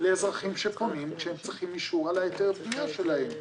לאזרחים שפונים כשהם צריכים אישור על היתר הבנייה שלהם.